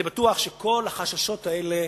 אני בטוח שכל החששות האלה